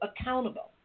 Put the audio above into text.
accountable